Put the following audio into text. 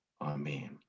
Amen